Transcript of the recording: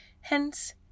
Hence